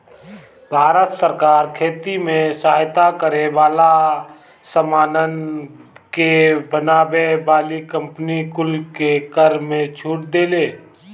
भारत सरकार खेती में सहायता करे वाला सामानन के बनावे वाली कंपनी कुल के कर में छूट देले